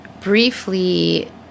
briefly